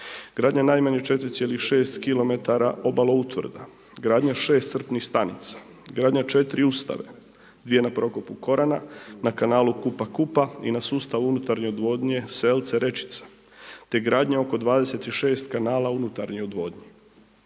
gradnja najmanje 4,6 km obalo utvrda, gradnja 6 crpnih stanica, gradnja 4 ustave 2 na prokopu Korana na kanalu Kupa-Kupa i na sustavu unutarnje odvodnje Selce-Rečica te gradnja oko 26 kanala unutarnje odvodnje.